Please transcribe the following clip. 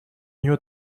нее